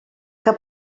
que